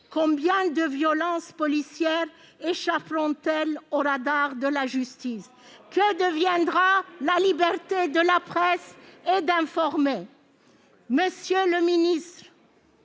Combien de violences policières échapperont-elles au radar de la justice ? Que deviendra la liberté de la presse et d'informer ? Monsieur le ministre,